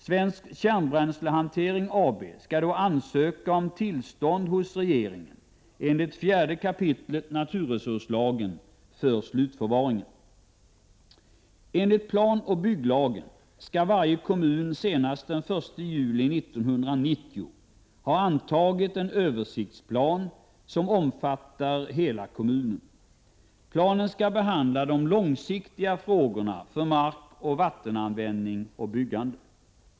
Svensk Kärnbränslehantering AB skall då ansöka om tillstånd hos regeringen enligt 4 kap. naturresurslagen för slutförvaringen. Enligt planoch bygglagen skall varje kommun senast den 1 juli 1990 ha antagit en översiktsplan som omfattar hela kommunen. Planen skall behandla de långsiktiga frågorna för markoch vattenanvändning och byggande.